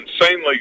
insanely